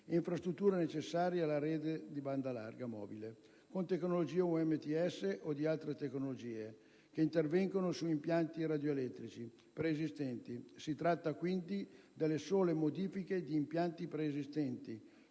infrastrutture necessarie alla rete di banda larga mobile, con tecnologia UMTS o altre tecnologie, per interventi sugli impianti radioelettrici preesistenti. Si tratta, quindi, delle sole modifiche di impianti preesistenti